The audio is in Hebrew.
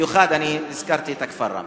במיוחד הזכרתי את כפר ראמה.